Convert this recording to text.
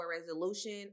resolution